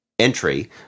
entry